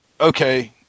okay